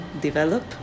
develop